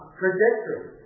trajectory